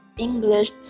English